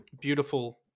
beautiful